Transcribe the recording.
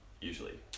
usually